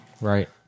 Right